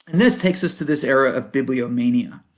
and this takes us to this era of bibliomania,